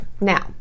now